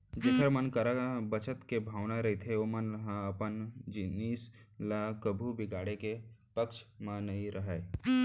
जेखर मन करा बचत के भावना रहिथे ओमन ह अपन जिनिस ल कभू बिगाड़े के पक्छ म नइ रहय